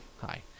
Hi